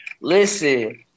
Listen